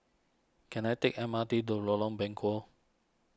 can I take M R T to Lorong Bengkok